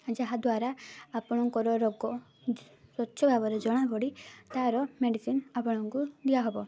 ଯାହାଦ୍ୱାରା ଆପଣଙ୍କର ରୋଗ ସ୍ୱଚ୍ଛ ଭାବରେ ଜଣାପଡ଼ି ତାର ମେଡ଼ିସିନ୍ ଆପଣଙ୍କୁ ଦିଆହେବ